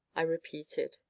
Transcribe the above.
i repeated.